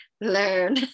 learn